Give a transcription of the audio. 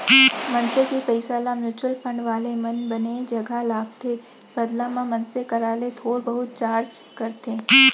मनसे के पइसा ल म्युचुअल फंड वाले मन बने जघा लगाथे बदला म मनसे करा ले थोर बहुत चारज करथे